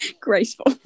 graceful